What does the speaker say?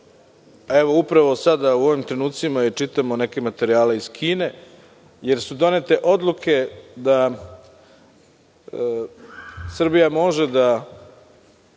Upravo sada u ovim trenucima i čitamo neke materijale iz Kine, jer su donete odluke da Srbija može da